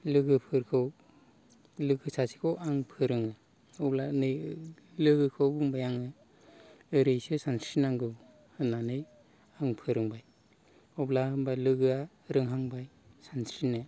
लोगोफोरखौ लोगो सासेखौ आं फोरोङो अब्ला नै लोगोखौ बुंबाय आङो ओरैसो सानस्रिनांगौ होननानै आं फोरोंबाय अब्ला होनबाय लोगोआ रोंहांबाय सानस्रिनो